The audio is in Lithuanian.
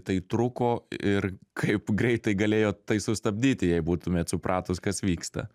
tai truko ir kaip greitai galėjot tai sustabdyti jei būtumėt supratus kas vyksta